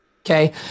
okay